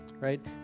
right